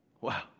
Wow